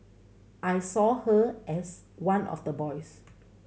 I saw her as one of the boys